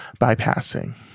bypassing